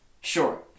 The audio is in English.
Sure